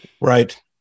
Right